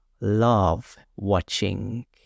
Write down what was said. love-watching